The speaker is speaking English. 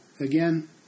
again